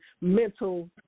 mental